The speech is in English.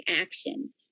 action